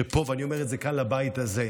ואני אומר את זה כאן לבית הזה,